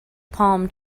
palm